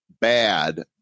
bad